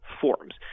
forms